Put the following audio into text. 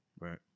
Right